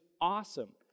awesome